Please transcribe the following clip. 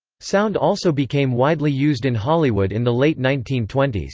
sound also became widely used in hollywood in the late nineteen twenty s.